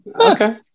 Okay